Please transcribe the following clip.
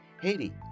Haiti